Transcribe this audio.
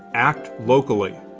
act locally.